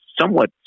somewhat